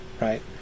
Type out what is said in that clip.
right